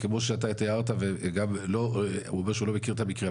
וכמו שאתה תיארת והוא גם לא אומר שהוא מכיר את המקרה,